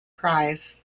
prize